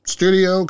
Studio